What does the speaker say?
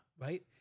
right